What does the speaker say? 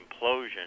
implosion